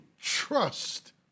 trust